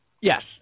Yes